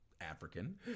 African